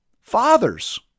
fathers